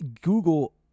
Google